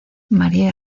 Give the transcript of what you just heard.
maría